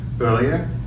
earlier